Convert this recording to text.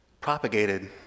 propagated